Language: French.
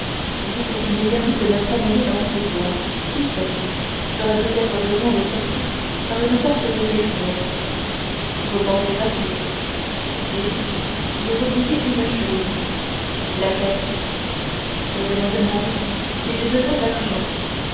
dites qu'il m'est permis de me promener dans ces bois qui sait j'aurai peut-être besoin de sortir par une porte de derrière vous pensez à tout et vous vous oubliez une chose laquelle c'est de me demander si j'ai besoin d'argent